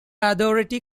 authority